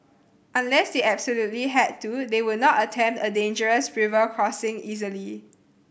unless they absolutely had to they would not attempt a dangerous river crossing easily